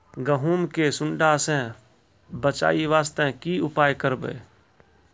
गहूम के सुंडा से बचाई वास्ते की उपाय करबै?